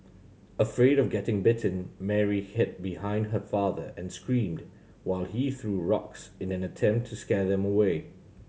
afraid of getting bitten Mary hid behind her father and screamed while he threw rocks in an attempt to scare them away